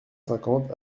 cinquante